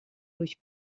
durch